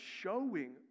showing